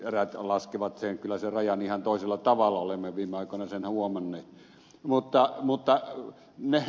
eräät laskevat kyllä sen rajan ihan toisella tavalla olemme viime aikoina sen huomanneet